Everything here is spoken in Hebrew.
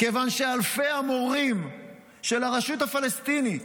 כיוון שאלפי המורים של הרשות הפלסטינית